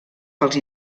pels